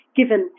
given